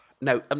No